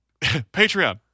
Patreon